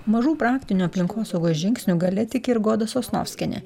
mažų praktinių aplinkosaugos žingsnių galia tiki ir goda sosnovskienė